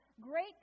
great